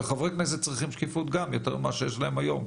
וחברי כנסת צריכים שקיפות גם יותר ממה שיש להם היום.